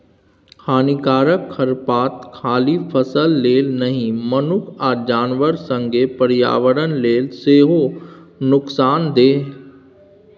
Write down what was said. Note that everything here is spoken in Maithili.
हानिकारक खरपात खाली फसल लेल नहि मनुख आ जानबर संगे पर्यावरण लेल सेहो नुकसानदेह